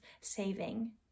saving